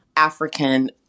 African